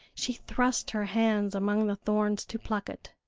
she thrust her hands among the thorns to pluck it.